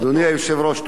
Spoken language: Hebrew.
אדוני היושב-ראש,